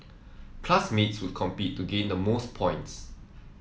classmates would compete to gain the most points